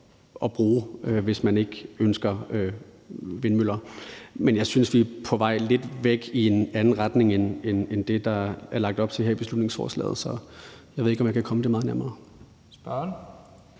at bruge, hvis man ikke ønsker vindmøller. Men jeg synes lidt, vi er på vej væk i en anden retning end det, der er lagt op til her i beslutningsforslaget, så jeg ved ikke, om jeg kan komme det meget nærmere.